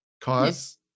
cause